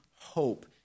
hope